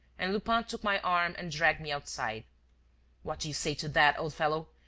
and lupin took my arm and dragged me outside what do you say to that, old fellow?